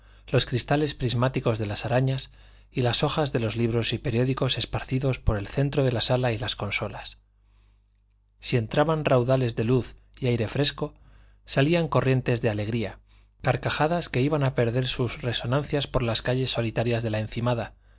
los cristales prismáticos de las arañas y las hojas de los libros y periódicos esparcidos por el centro de la sala y las consolas si entraban raudales de luz y aire fresco salían corrientes de alegría carcajadas que iban a perder sus resonancias por las calles solitarias de la encimada